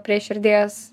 prie širdies